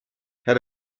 had